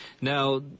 Now